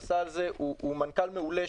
הוא מנכ"ל מעולה,